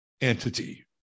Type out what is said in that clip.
entity